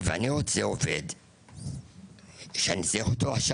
״ ואני רוצה עובד שאני צריך אותו במיידי.